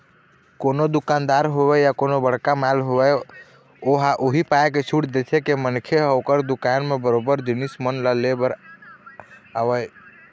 कोनो दुकानदार होवय या कोनो बड़का मॉल होवय ओहा उही पाय के छूट देथे के मनखे ह ओखर दुकान म बरोबर जिनिस मन ल ले बर आवय